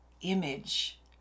image